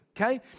okay